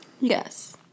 Yes